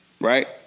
right